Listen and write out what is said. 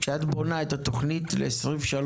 כשאת בונה את התוכנית ל-2025-2023,